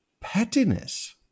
pettiness